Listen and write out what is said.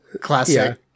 Classic